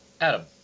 Adam